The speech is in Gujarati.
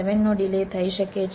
7 નો ડિલે થઈ શકે છે